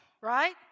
right